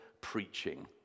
preaching